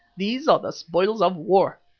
these are the spoils of war,